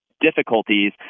difficulties